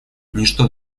ничто